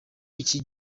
iki